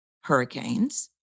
hurricanes